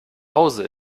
hause